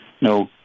no